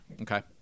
Okay